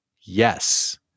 Yes